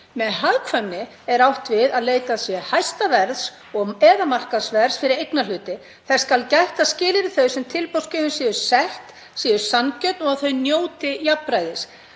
Með hagkvæmni er átt við að leitað sé hæsta verðs eða markaðsverðs fyrir eignarhluti. Þess skal gætt að skilyrði þau sem tilboðsgjöfum eru sett séu sanngjörn og að þeir njóti jafnræðis.